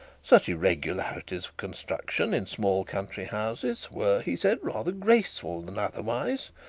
such irregularities of construction in small country houses were, he said, rather graceful than otherwise,